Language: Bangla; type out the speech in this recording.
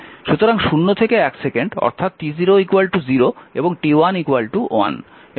সুতরাং 0 থেকে 1 সেকেন্ড অর্থাৎ t0 0 এবং t1 1